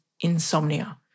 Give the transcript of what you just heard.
insomnia